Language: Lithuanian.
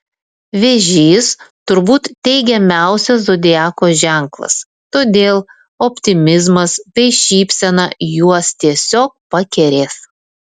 vėžys turbūt teigiamiausias zodiako ženklas todėl optimizmas bei šypsena juos tiesiog pakerės